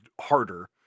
harder